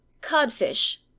codfish